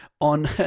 on